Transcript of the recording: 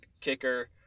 kicker